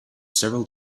several